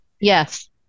yes